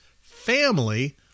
family